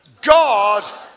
God